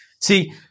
See